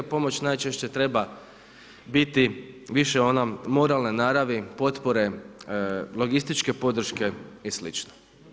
Pomoć najčešće treba biti više ona moralne naravi, potpore, logističke podrške i sl.